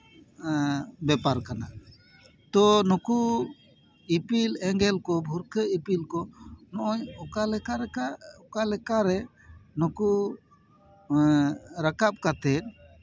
ᱵᱮᱯᱟᱨ ᱠᱟᱱᱟ ᱛᱳ ᱱᱩᱠᱩ ᱤᱯᱤᱞ ᱮᱸᱜᱮᱞ ᱠᱚ ᱵᱷᱩᱨᱠᱟᱹᱜ ᱱᱚᱜᱼᱚᱭ ᱚᱠᱟ ᱞᱮᱠᱟ ᱞᱮᱠᱟ ᱚᱠᱟ ᱞᱮᱠᱟᱨᱮ ᱱᱩᱠᱩ ᱨᱟᱠᱟᱵ ᱠᱟᱛᱮᱫ